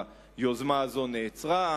היוזמה הזו נעצרה.